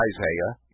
Isaiah